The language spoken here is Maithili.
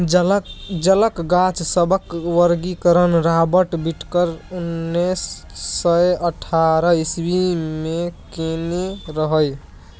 जलक गाछ सभक वर्गीकरण राबर्ट बिटकर उन्नैस सय अठहत्तर इस्वी मे केने रहय